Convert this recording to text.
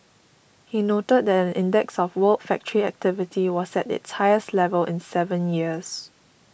he noted that an index of world factory activity was at its highest level in seven years